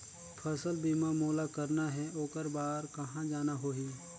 फसल बीमा मोला करना हे ओकर बार कहा जाना होही?